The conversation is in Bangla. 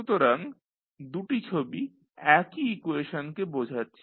সুতরাং দুটি ছবি একই ইকুয়েশনকেবোঝাচ্ছে